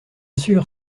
sûr